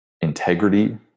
integrity